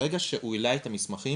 ברגע שהוא העלה את המסמכים,